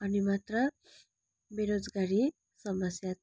अनि मात्र बेरोजगारी समस्या